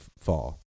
fall